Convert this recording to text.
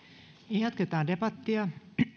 jatketaan debattia